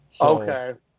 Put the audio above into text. Okay